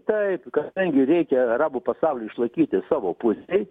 taip kadangi reikia arabų pasauliui išlaikyti savo pusėj